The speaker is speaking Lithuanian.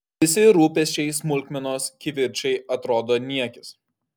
visi rūpesčiai smulkmenos kivirčai atrodo niekis